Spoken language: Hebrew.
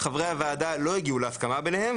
חברי הוועדה לא הגיע להסכמה ביניהם,